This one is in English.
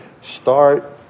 Start